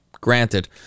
granted